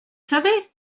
savez